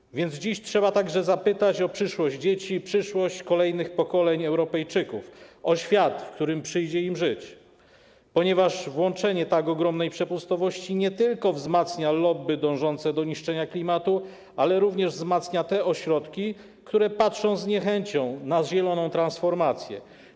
Trzeba więc dziś także zapytać o przyszłość dzieci, przyszłość kolejnych pokoleń Europejczyków, o świat, w którym przyjdzie im żyć, ponieważ włączenie tak ogromnej przepustowości nie tylko wzmacnia lobby dążące do niszczenia klimatu, ale również wzmacnia te ośrodki, które patrzą z niechęcią na zieloną transformację.